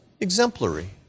exemplary